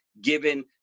given